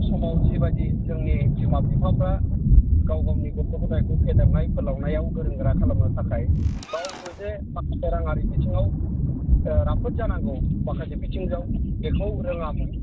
समाव जिबायदि जोंनि बिमा बिफाफोरा गाव गावनि गथ' गथाइखौ फेदेरनाय फोलावनायाव गोरों गोरा खालामनो थाखाय गावबो जे माखासे राङारि बिथिङाव राफोद जानांगौ माखासे बिथिंजों बेखौ रोङामोन